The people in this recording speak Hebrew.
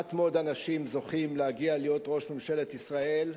מעט מאוד אנשים זוכים להגיע להיות ראש ממשלת ישראל,